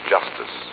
Justice